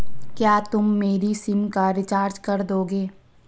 क्या तुम मेरी सिम का रिचार्ज कर दोगे?